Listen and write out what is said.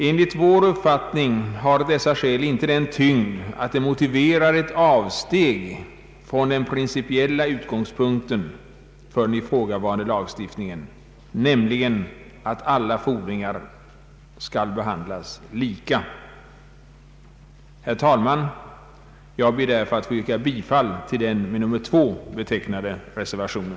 Enligt vår uppfattning har emellertid dessa skäl inte den tyngden att de motiverar ett avsteg från den principiella utgångspunkten för ifrågavarande = lagstiftning, nämligen att alla fordringar skall behandlas lika. Herr talman! Jag ber att med det anförda få yrka bifall till den med nr 2 betecknade reservationen.